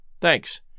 Thanks